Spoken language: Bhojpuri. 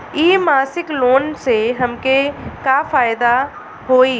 इ मासिक लोन से हमके का फायदा होई?